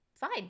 Fine